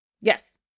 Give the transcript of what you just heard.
Yes